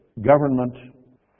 government